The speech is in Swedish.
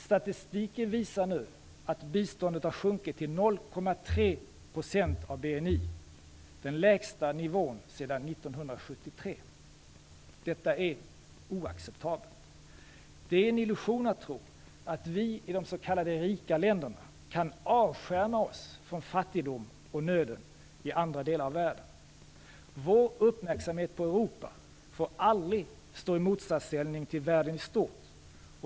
Statistiken visar nu att biståndet har sjunkit till 0,3 % av BNI, den lägsta nivån sedan 1973. Detta är oacceptabelt. Det är en illusion att tro att vi i de s.k. rika länderna kan avskärma oss från fattigdomen och nöden i andra delar av världen. Vår uppmärksamhet på Europa får aldrig stå i motsatsställning till världen i stort.